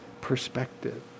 perspective